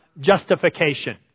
justification